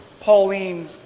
Pauline